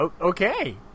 Okay